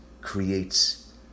creates